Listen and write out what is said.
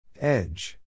Edge